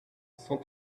cent